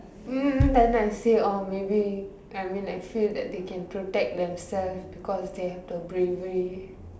hmm then I say orh maybe I mean I feel that they can protect themselves because they have the bravery